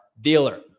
dealer